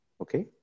Okay